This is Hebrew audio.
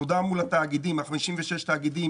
יש 56 תאגידים.